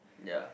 ya